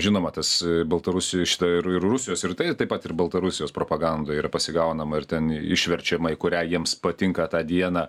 žinoma tas baltarusijoj šita ir ir rusijos ir tai taip pat ir baltarusijos propaganda yra pasigaunama ir ten išverčiama į kurią jiems patinka tą dieną